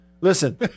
Listen